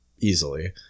easily